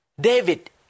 David